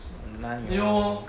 !hanna! !hanna!